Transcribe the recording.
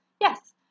yes